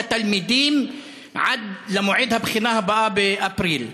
התלמידים עד למועד הבחינה הבאה באפריל.